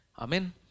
Amen